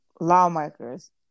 lawmakers